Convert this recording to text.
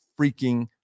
freaking